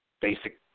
basic